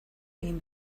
egin